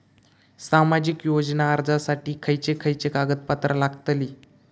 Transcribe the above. सामाजिक योजना अर्जासाठी खयचे खयचे कागदपत्रा लागतली?